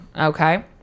Okay